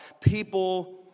people